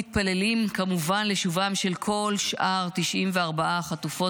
בבקשה, שלוש דקות.